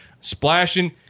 splashing